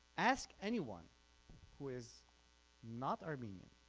ask anyone who is not armenian